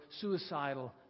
suicidal